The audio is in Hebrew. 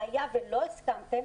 היה ולא הסכמתם,